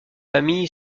famille